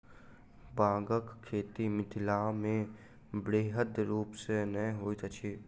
बांगक खेती मिथिलामे बृहद रूप सॅ नै होइत अछि